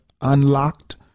unlocked